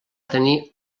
tenir